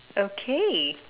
okay